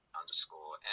underscore